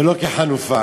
ולא כחנופה,